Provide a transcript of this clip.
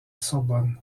sorbonne